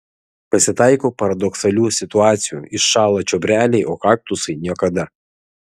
pasitaiko paradoksalių situacijų iššąla čiobreliai o kaktusai niekada